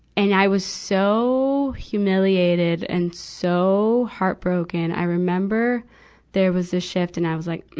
and i was so humiliated and so heartbroken. i remember there was a shift, and i was like,